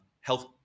health